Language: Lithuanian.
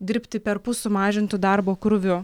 dirbti perpus sumažintu darbo krūviu